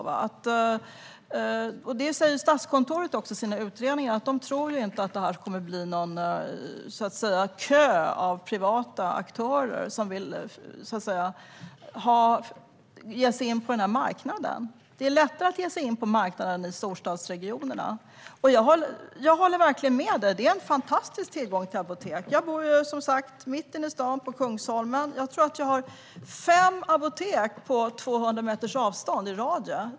Statskontoret säger också i sina utredningar att de inte tror att det kommer att bli någon kö av privata aktörer som vill ge sig in på denna marknad. Det är lättare att ge sig in på marknaden i storstadsregionerna. Jag håller med dig - det finns en fantastisk tillgång till apotek. Jag bor, som sagt, mitt i stan, på Kungsholmen. Jag tror att jag har fem apotek inom 200 meters radie.